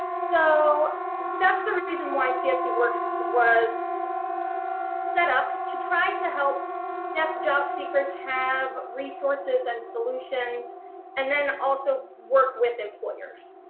so that's the reason why csd works was set up to try to help deaf jobseekers have resources and solutions and then also work with employers.